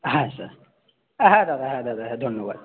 হ্যাঁ দাদা হ্যাঁ দাদা হ্যাঁ দাদা হ্যাঁ ধন্যবাদ